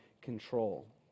control